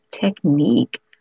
technique